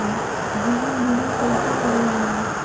जीवन बीमा कईसे करल जाला?